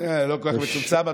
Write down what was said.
לא כל כך מצומצם,